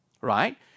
right